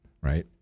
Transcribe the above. Right